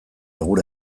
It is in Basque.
gure